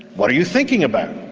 what are you thinking about?